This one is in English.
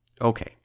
Okay